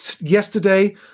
yesterday